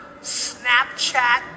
Snapchat